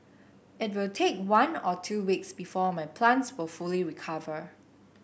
it will take one or two weeks before my plants will fully recover